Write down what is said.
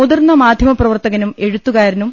മുതിർന്ന മാധ്യമപ്രവർത്തകനും എഴുത്തുകാരനും